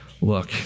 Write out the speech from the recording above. look